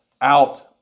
out